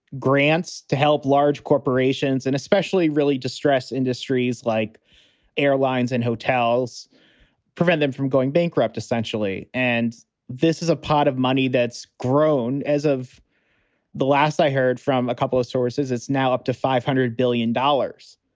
grants to help large corporations and especially really distressed industries like airlines and hotels prevent them from going bankrupt essentially. and this is a pot of money that's grown as of the last i heard from a couple of sources, it's now up to five hundred billion dollars.